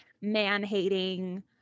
man-hating